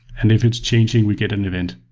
and if it's changing, we get an event.